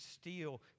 steal